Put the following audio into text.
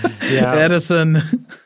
Edison